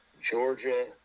georgia